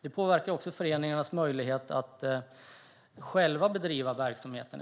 Det påverkar också föreningarnas möjlighet att själva bedriva verksamheten.